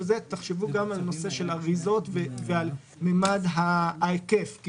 תחשבו גם על נושא האריזות ועל ממד ההיקף.